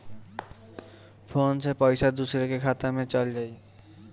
Phone से पईसा दूसरे के खाता में चल जाई?